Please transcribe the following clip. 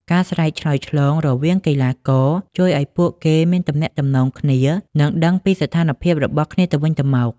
ការស្រែកឆ្លើយឆ្លងរវាងកីឡាករជួយឲ្យពួកគេមានទំនាក់ទំនងគ្នា និងដឹងពីស្ថានភាពរបស់គ្នាទៅវិញទៅមក។